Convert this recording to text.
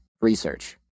research